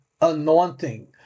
anointing